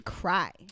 cry